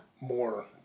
more